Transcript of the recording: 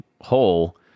hole